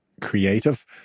creative